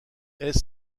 est